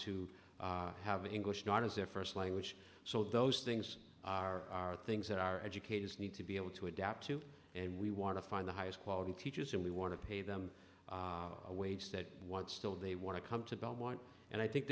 to have english not as their first language so those things are things that our educators need to be able to adapt to and we want to find the highest quality teachers and we want to pay them a wage that what still they want to come to don't want and i think